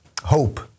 hope